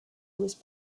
was